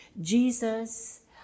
Jesus